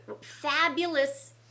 Fabulous